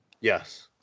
Yes